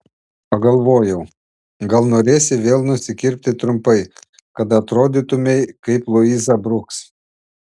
pagalvojau gal norėsi vėl nusikirpti trumpai kad atrodytumei kaip luiza bruks